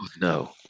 no